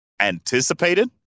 anticipated